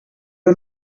you